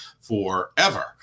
forever